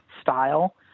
style